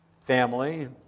family